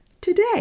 today